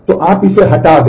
तो आप इसे हटा दें